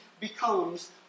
becomes